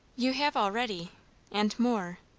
you have already and more,